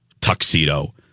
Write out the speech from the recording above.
tuxedo